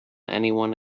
anyone